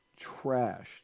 trashed